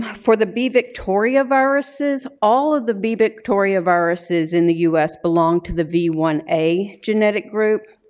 um for the b victoria viruses, all of the b victoria viruses in the us belong to the v one a genetic group.